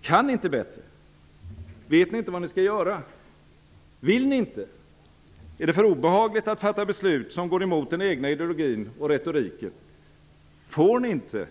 Kan ni inte bättre? Vet ni inte vad ni skall göra? Vill ni inte? Är det för obehagligt att fatta beslut som går emot den egna ideologin och retoriken? Får ni inte?